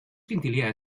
quintilià